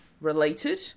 related